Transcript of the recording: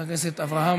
פה.